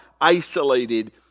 isolated